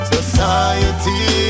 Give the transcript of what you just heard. Society